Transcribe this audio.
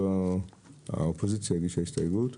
האופוזיציה הגישה הסתייגות.